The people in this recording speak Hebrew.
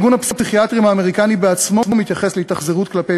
ארגון הפסיכיאטרים האמריקני בעצמו מתייחס להתאכזרות כלפי